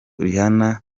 rihanna